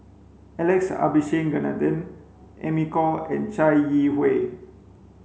Alex Abisheganaden Amy Khor and Chai Yee Wei